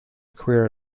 career